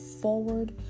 forward